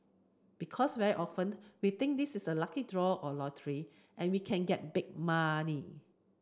because very often we think this is a lucky draw or lottery and we can get big money